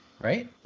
right